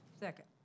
Second